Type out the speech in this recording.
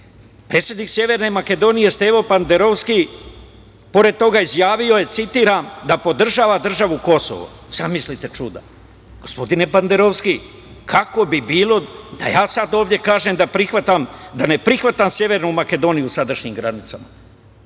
Predsednik Severne Makedonije Stevo Pandarovski, pored toga je izjavio da podržava državu kosovo. Zamislite čuda. Gospodine Pandarovski, kako bi bilo da ja sad ovde kažem da ne prihvatam Severnu Makedoniju u sadašnjim granicama?